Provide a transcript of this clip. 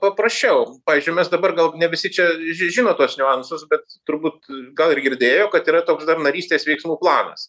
paprasčiau pavyzdžiui mes dabar gal ne visi čia ži žino tuos niuansus bet turbūt gal ir girdėjo kad yra toks dar narystės veiksmų planas